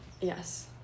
Yes